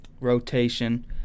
rotation